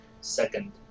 second